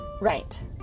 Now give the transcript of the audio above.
Right